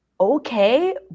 okay